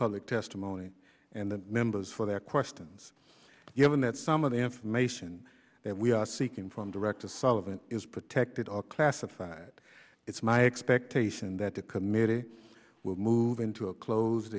public testimony and the members for their questions given that some of the information that we are seeking from director sullivan is protected or classified it's my expectation that the committee will move into a closed